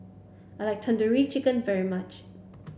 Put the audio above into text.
I like Tandoori Chicken very much